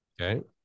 Okay